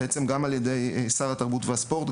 בעצם גם על ידי שר התרבות והספורט,